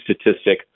statistic